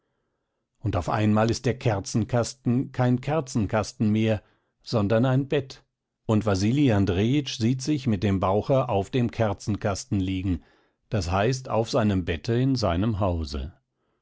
und auf einmal ist der kerzenkasten kein kerzenkasten mehr sondern ein bett und wasili andrejitsch sieht sich mit dem bauche auf dem kerzenkasten liegen das heißt auf seinem bette in seinem hause